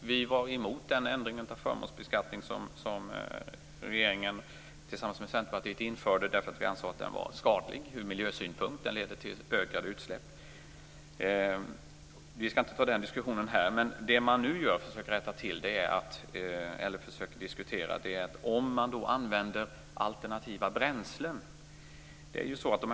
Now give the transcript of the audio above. Vi var emot den ändring av förmånsbeskattningen som regeringen tillsammans med Centerpartiet införde, därför att vi ansåg att den var skadlig ur miljösynpunkt. Den leder till ökade utsläpp. Men vi skall inte ta den diskussionen här. Det man nu försöker diskutera är användning av alternativa bränslen.